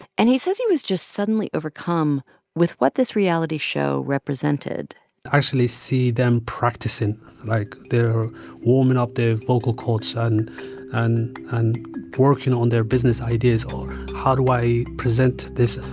and he says he was just suddenly overcome with what this reality show represented i actually see them practicing like, they're warming up their vocal chords and and working on their business ideas, or how do i present this?